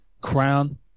crown